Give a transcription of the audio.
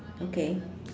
okay